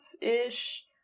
ish